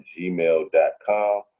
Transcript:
gmail.com